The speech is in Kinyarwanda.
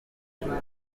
kwemeza